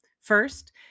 First